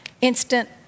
instant